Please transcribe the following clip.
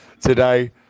today